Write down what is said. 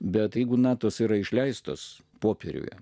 bet jeigu natos yra išleistos popieriuje